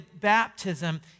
baptism